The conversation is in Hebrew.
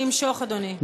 נמשוך, אדוני.